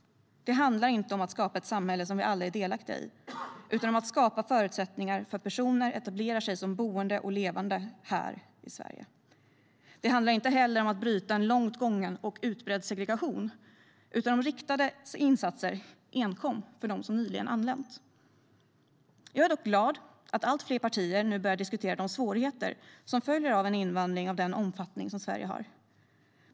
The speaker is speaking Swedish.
Det handlar inte om att skapa ett samhälle som vi alla är delaktiga i utan om att skapa förutsättningar för att personer etablerar sig som boende och levande här i Sverige. Det handlar inte heller om att bryta en långt gången och utbredd segregation utan om riktade insatser enkom för dem som nyligen anlänt. Jag är dock glad att allt fler partier nu börjar diskutera de svårigheter som följer av en invandring av den omfattning som Sverige har.